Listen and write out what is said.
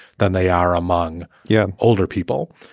than they are among yeah older people.